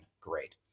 great